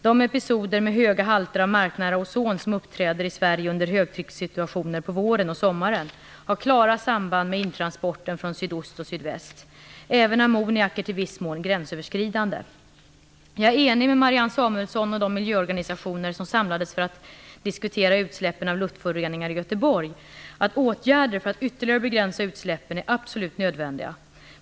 De episoder med höga halter av marknära ozon som uppträder i Sverige under högtryckssituationer på våren och sommaren har klara samband med intransporten från sydost och sydväst. Även ammoniak är i viss mån gränsöverskridande. Jag är enig med Marianne Samuelsson och de miljöorganisationer som samlades för att diskutera utsläppen av luftföroreningar i Göteborg om att åtgärder för att ytterligare begränsa utsläppen är absolut nödvändiga.